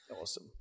Awesome